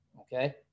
okay